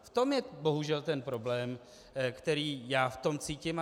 V tom je bohužel ten problém, který já v tom cítím.